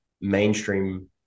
mainstream